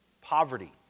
Poverty